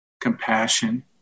compassion